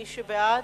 מי שבעד,